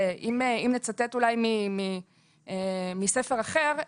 אם נצטט אולי מספר אחר,